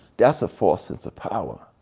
that's a false sense of power.